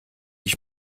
ich